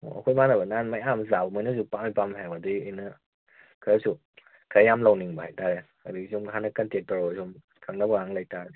ꯑꯣ ꯑꯩꯈꯣꯏ ꯏꯃꯥꯟꯅꯕ ꯅꯍꯥꯟ ꯃꯌꯥꯝꯃ ꯆꯥꯕ ꯃꯣꯏꯅꯁꯨ ꯄꯥꯝꯃꯦ ꯄꯥꯝꯃꯦ ꯍꯥꯏꯕ ꯑꯗꯨꯏ ꯑꯩꯅ ꯈꯔꯁꯨ ꯈꯔꯌꯥꯝ ꯂꯧꯅꯤꯡꯕ ꯍꯥꯏꯇꯥꯔꯦ ꯑꯗꯨꯒꯤ ꯁꯨꯝ ꯍꯥꯟꯅ ꯀꯟꯇꯦꯛ ꯇꯧꯔꯒ ꯁꯨꯝ ꯈꯪꯅꯕ ꯀꯥꯡ ꯂꯩꯇꯥꯔꯗꯤ